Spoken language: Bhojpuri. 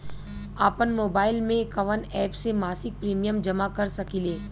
आपनमोबाइल में कवन एप से मासिक प्रिमियम जमा कर सकिले?